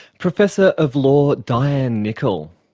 professor of law, dianne nicol.